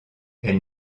elle